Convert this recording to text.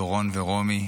דורון ורומי,